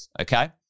Okay